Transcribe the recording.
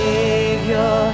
Savior